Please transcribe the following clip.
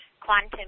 quantum